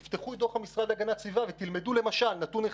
תפתחו את דוח המשרד להגנת הסביבה ותלמדו למשל שבנושא